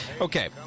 Okay